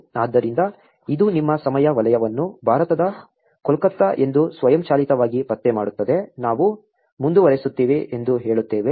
ಆದ್ದರಿಂದ ಇದು ನಿಮ್ಮ ಸಮಯ ವಲಯವನ್ನು ಭಾರತದ ಕೋಲ್ಕತ್ತಾ ಎಂದು ಸ್ವಯಂಚಾಲಿತವಾಗಿ ಪತ್ತೆ ಮಾಡುತ್ತದೆ ನಾವು ಮುಂದುವರಿಸುತ್ತೇವೆ ಎಂದು ಹೇಳುತ್ತೇವೆ